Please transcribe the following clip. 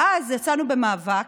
ואז יצאנו במאבק,